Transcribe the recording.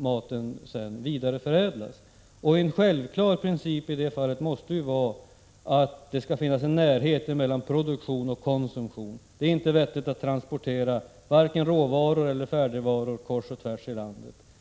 på vidareförädlingen av maten. En självklar princip i detta sammanhang måste vara att det skall finnas en närhet mellan produktion och konsumtion. Det är inte vettigt att transporte ra vare sig råvaror eller färdigvaror kors och tvärs genom landet. Inom vissa — Prot.